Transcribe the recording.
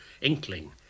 inkling